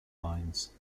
lines